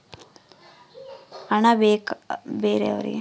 ಹಣ ಬೇರೆಯವರಿಗೆ ಹಾಕಿದಿವಿ ಅವಾಗ ಅದು ವಿಫಲವಾದರೆ?